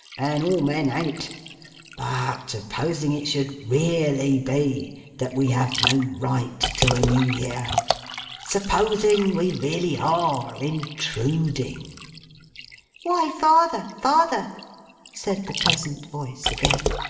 and all men an't but supposing it should really be that we have no right to a new year supposing we really are intruding why, father, father said the pleasant voice again.